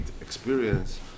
experience